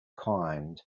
kind